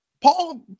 Paul